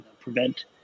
prevent